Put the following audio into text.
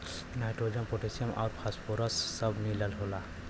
nitrogen potassium आउर phosphorus सब मिलल होला